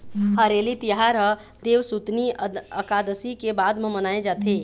हरेली तिहार ह देवसुतनी अकादसी के बाद म मनाए जाथे